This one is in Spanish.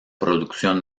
producción